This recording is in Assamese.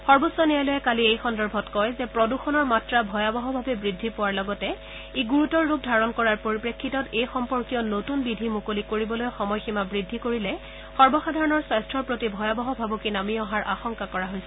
সৰ্বোচ্চ ন্যায়ালয়ে কালি এই সন্দৰ্ভত কয় যে প্ৰদূষণৰ মাত্ৰা ভয়াৱহভাৱে বৃদ্ধি পোৱাৰ লগতে ই গুৰুতৰ ৰূপ ধাৰণ কৰাৰ পৰিপ্ৰেক্ষিতত এই সম্পৰ্কীয় নতুন বিধি মুকলি কৰিবলৈ সময়সীমা বৃদ্ধি কৰিলে সৰ্বসাধাৰণৰ স্বাস্থাৰ প্ৰতি ভয়াৱহ ভাবুকি নামি অহাৰ আশংকা কৰা হৈছে